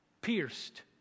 pierced